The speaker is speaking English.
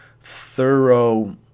thorough